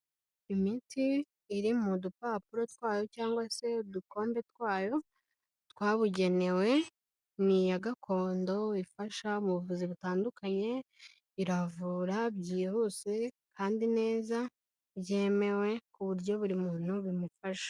Imiti iri mu dupapuro twayo cyangwa se udukombe twayo twabugenewe, ni iya gakondo ifasha mu buvuzi butandukanye, iravura byihuse kandi neza, byemewe, ku buryo buri muntu bimufasha.